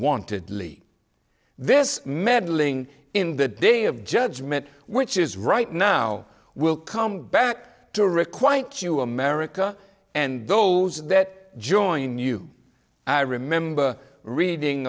wanted leave this meddling in the day of judgment which is right now will come back to requite to america and those that join you i remember reading